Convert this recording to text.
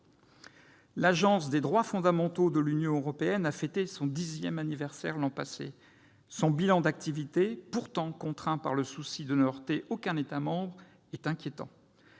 L'Agence des droits fondamentaux de l'Union européenne a fêté son dixième anniversaire l'an passé. Son bilan d'activité, pourtant contraint par le souci de ne heurter aucun État membre, est inquiétant.